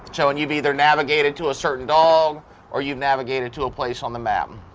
so and you've either navigated to a certain dog or you've navigated to a place on the map.